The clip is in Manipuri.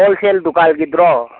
ꯍꯣꯜꯁꯦꯜ ꯗꯨꯀꯥꯟꯒꯤꯗꯨꯔꯣ